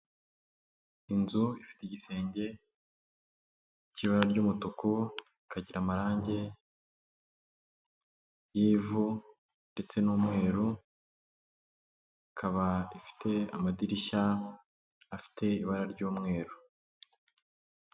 Inzu ifite igisenge cy'ibara ry'umutuku, ikagira amarangi y'ivu ndetse n'umweru, ikaba ifite amadirishya afite ibara ry'umweru.